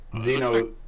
Zeno